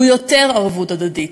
הוא יותר ערבות הדדית.